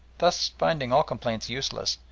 thus finding all complaints useless,